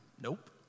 nope